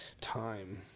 time